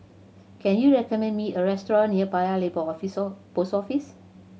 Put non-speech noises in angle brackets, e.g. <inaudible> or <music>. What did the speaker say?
can you recommend me a restaurant near Paya Lebar <unintelligible> Post Office